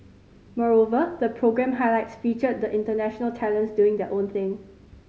moreover the programme highlights featured the international talents doing their own thing